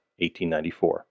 1894